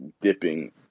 dipping